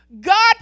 god